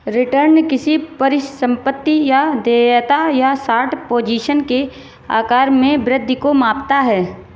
return किसी परिसंपत्ति या देयता या शॉर्ट पोजीशन के आकार में वृद्धि को मापता है